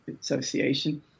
association